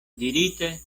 dirite